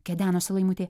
kedenosi laimutė